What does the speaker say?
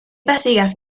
pasigas